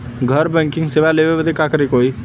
घर बैकिंग सेवा लेवे बदे का करे के होई?